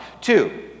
two